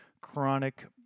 Chronic